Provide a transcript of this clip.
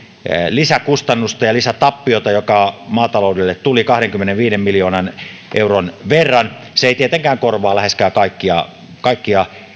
lisäkustannusta ja lisätappiota joka maataloudelle tuli kahdenkymmenenviiden miljoonan euron verran se ei tietenkään korvaa läheskään kaikkia